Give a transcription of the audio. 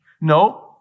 No